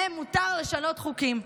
להם מותר לשנות חוקים,